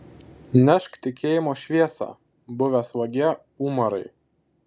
nešk tikėjimo šviesą buvęs vagie umarai